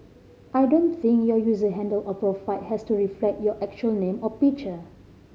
I don't think your user handle or profile has to reflect your actual name or picture